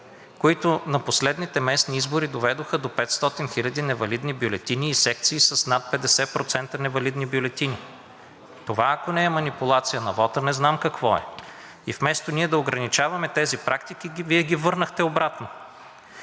които на последните местни избори доведоха до 500 хиляди невалидни бюлетини и секции с над 50% невалидни бюлетини. Това ако не е манипулации – не знам какво е? Вместо ние да ограничаваме тези практики – Вие ги върнахте обратно.